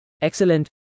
excellent